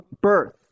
birth